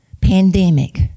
pandemic